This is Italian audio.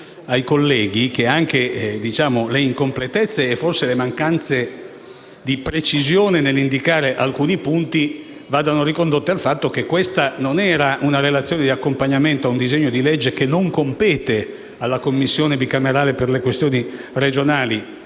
che anche le incompletezze e forse le mancanze di precisione nell'indicare alcuni punti debbano essere ricondotte al fatto che questa non era una relazione di accompagnamento a un disegno di legge - che non compete alla Commissione bicamerale per le questioni regionali